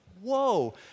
whoa